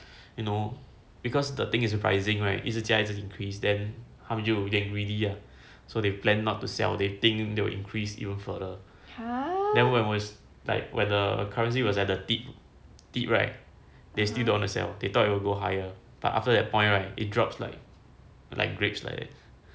you know because the thing is surprising right 一直加一直 increase then 他们就 get greedy ah so they plan not to sell they think they will increase even further there was like whether a currency was at the deep tip tip right they still don't wanna sell they thought will go higher but after that point right it dropped like like grades leh